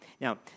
Now